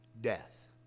Death